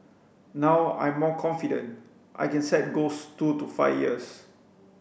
now I'm more confident I can set goals two to five years